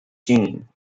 gene